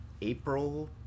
April